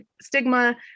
stigma